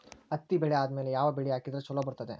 ಹತ್ತಿ ಬೆಳೆ ಆದ್ಮೇಲ ಯಾವ ಬೆಳಿ ಹಾಕಿದ್ರ ಛಲೋ ಬರುತ್ತದೆ?